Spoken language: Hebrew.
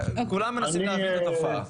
כולם מנסים להכיר את התופעה.